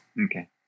Okay